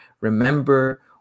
remember